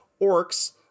Orcs